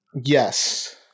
yes